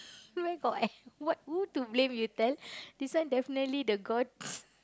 where got what who to blame you tell this one definitely the god